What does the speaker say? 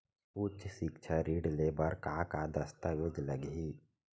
उच्च सिक्छा ऋण ले बर का का दस्तावेज लगही?